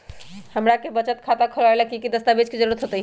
हमरा के बचत खाता खोलबाबे ला की की दस्तावेज के जरूरत होतई?